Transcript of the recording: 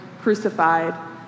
crucified